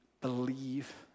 believe